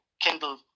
Kindle